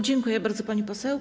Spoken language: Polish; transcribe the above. Dziękuję bardzo, pani poseł.